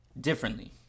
differently